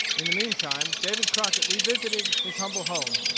in the mean time david crockett revisited his humble home,